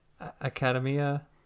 Academia